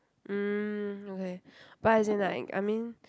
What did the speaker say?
mm okay but as in like I mean